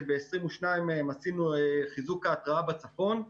שב-22 מיליון מהם עשינו חיזוק ההתרעה בצפון.